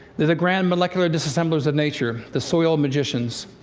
they're the grand molecular disassemblers of nature the soil magicians.